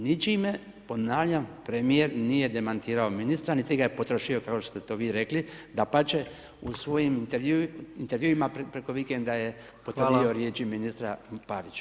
Ničime ponavljam premijer nije demantirao ministra niti ga je potrošio kao što ste vi to rekli, dapače u svojim intervjuima preko vikenda je potvrdio riječi ministra Pavića.